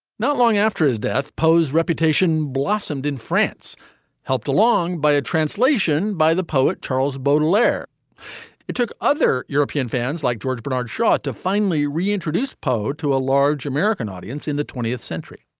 not long after his death poe's reputation blossomed in france helped along by a translation by the poet charles baudelaire it took other european fans like george bernard shaw to finally reintroduce poe to a large american audience in the twentieth century.